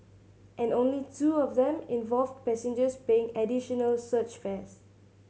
and only two of them involved passengers paying additional surge fares